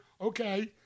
Okay